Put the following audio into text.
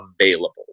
available